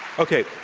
okay.